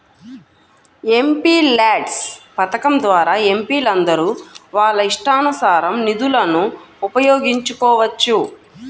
MPLADS పథకం ద్వారా ఎంపీలందరూ వాళ్ళ ఇష్టానుసారం నిధులను ఉపయోగించుకోవచ్చు